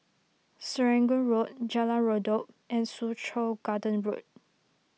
Serangoon Road Jalan Redop and Soo Chow Garden Road